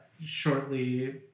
shortly